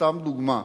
סתם דוגמה,